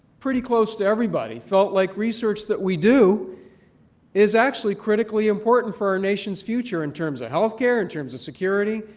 pretty close to everybody felt like research that we do is actually critically important for our nation's future in terms of health care, in terms of security,